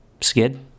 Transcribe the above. Skid